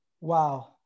wow